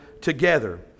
together